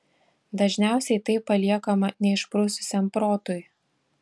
dažniausiai tai paliekama neišprususiam protui